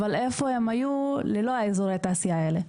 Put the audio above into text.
אבל איפה הם היו ללא אזורי התעשייה האלה?